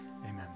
Amen